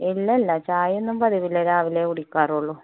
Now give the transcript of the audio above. ഇല്ലില്ല ചായ ഒന്നും പതിവില്ല രാവിലെയേ കുടിക്കാറുളളൂ